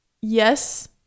yes